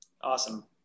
Awesome